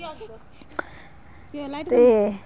ते